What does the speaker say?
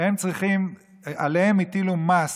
הטילו מס